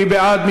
מי בעד?